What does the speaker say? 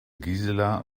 gisela